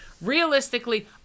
Realistically